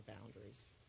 boundaries